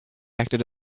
acted